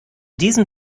diesem